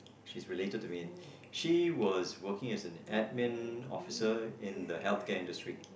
she's related to me and she was working as an admin officer in the healthcare industry